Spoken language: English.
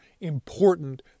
important